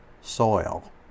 soil